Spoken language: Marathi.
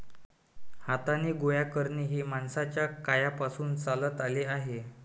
हाताने गोळा करणे हे माणसाच्या काळापासून चालत आले आहे